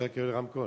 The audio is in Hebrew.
אפשר לקבל רמקול?